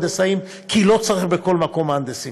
כי לא צריך בכל מקום מהנדסים,